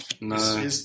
No